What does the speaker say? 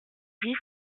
dix